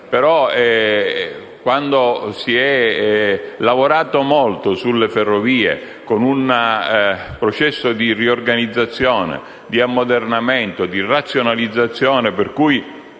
al fatto si è lavorato molto sulle ferrovie con un processo di riorganizzazione, ammodernamento e razionalizzazione, per cui